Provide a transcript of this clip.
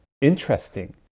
interesting